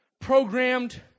programmed